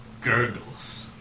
gurgles